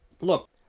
look